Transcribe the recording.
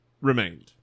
remained